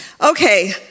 Okay